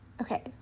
Okay